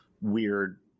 weird